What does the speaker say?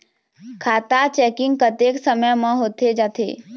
खाता चेकिंग कतेक समय म होथे जाथे?